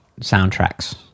soundtracks